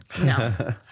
No